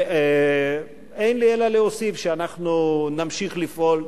אין לי אלא להוסיף שאנחנו נמשיך לפעול.